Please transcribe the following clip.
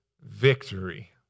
victory